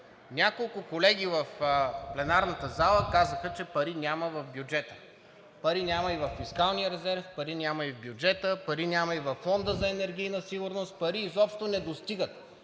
Няколко колеги в пленарната зала казаха, че пари няма в бюджета. Пари няма и във фискалния резерв, пари няма и в бюджета, пари няма и във Фонда за енергийна сигурност, пари изобщо не достигат.